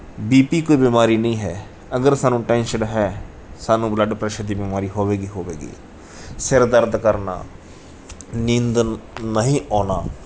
B P ਕੋਈ ਬਿਮਾਰੀ ਨਹੀਂ ਹੈ ਅਗਰ ਸਾਨੂੰ ਟੈਨਸ਼ਨ ਹੈ ਸਾਨੂੰ ਬਲੱਡ ਪ੍ਰੈਸ਼ਰ ਦੀ ਬਿਮਾਰੀ ਹੋਵੇਗੀ ਹੋਵੇਗੀ ਸਿਰ ਦਰਦ ਕਰਨਾ ਨੀਂਦ ਨ ਨਹੀਂ ਆਉਣਾ